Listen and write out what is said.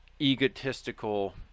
egotistical